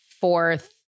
fourth